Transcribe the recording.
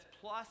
Plus